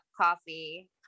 coffee